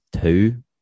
two